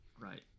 Right